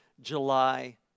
July